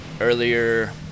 earlier